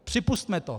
Připusťme to.